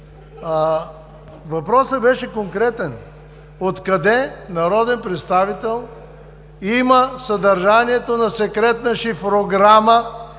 Въпросът беше конкретен – откъде народен представител има съдържанието на секретна шифрограма